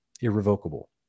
irrevocable